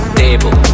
table